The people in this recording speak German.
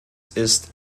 ist